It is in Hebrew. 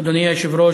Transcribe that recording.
אדוני היושב-ראש,